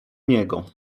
niego